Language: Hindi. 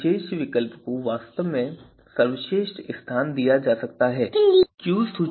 तभी सर्वोत्तम विकल्प को सूची में सर्वश्रेष्ठ के रूप में स्वीकार किया जाना चाहिए